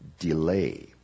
delay